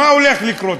מה הולך לקרות?